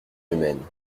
humaine